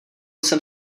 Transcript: jsem